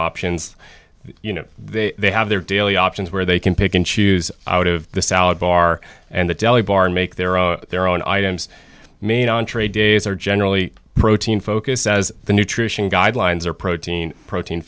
options you know they have their daily options where they can pick and choose out of the salad bar and the deli bar and make their own their own items mean entree days are generally protein focus as the nutrition guidelines or protein protein